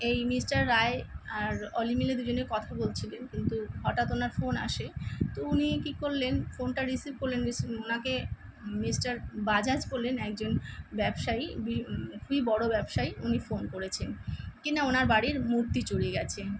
এই মিস্টার রায় আর অলি মিলে দুজনে কথা বলছিলেন কিন্তু হঠাৎ ওনার ফোন আসে তো উনি কি করলেন ফোনটা রিসিভ করলেন রিসি ও ওনাকে মিস্টার বাজাজ বলেন একজন ব্যবসায়ী বি খুবই বড় ব্যবসায়ী উনি ফোন করেছেন কি না ওনার বাড়ির মূর্তি চুরি গেছে